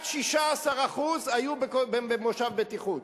רק 16% היו במושב בטיחות,